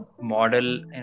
model